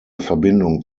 verbindung